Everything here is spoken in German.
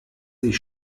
ich